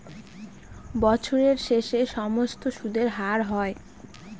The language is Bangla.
বছরের শেষে সমস্ত সুদের হার হয়